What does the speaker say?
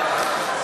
תודה רבה.